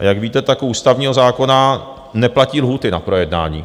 A jak víte, tak u ústavního zákona neplatí lhůty na projednání.